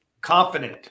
confident